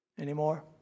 Anymore